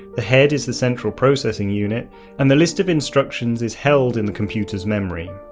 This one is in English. the head is the central processing unit and the list of instructions is held in the computer's memory.